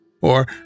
or